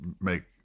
make